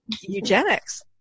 eugenics